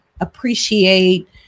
appreciate